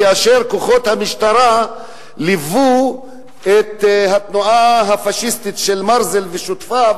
כאשר כוחות המשטרה ליוו את התנועה הפאשיסטית של מרזל ושותפיו,